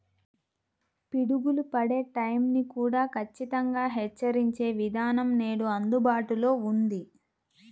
పిడుగులు పడే టైం ని కూడా ఖచ్చితంగా హెచ్చరించే విధానం నేడు అందుబాటులో ఉంది